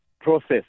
process